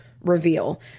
reveal